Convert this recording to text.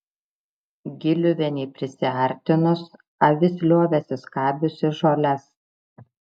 giliuvienei prisiartinus avis liovėsi skabiusi žoles